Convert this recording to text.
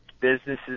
businesses